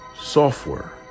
software